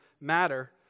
matter